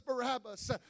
Barabbas